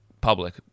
public